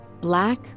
Black